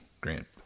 Grant